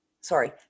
sorry